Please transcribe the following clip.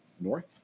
north